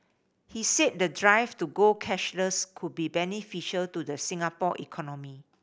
he said the drive to go cashless could be beneficial to the Singapore economy